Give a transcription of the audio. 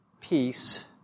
peace